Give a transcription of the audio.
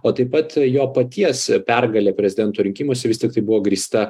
o taip pat jo paties pergalė prezidento rinkimus vis tiktai buvo grįsta